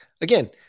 again